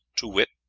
to wit,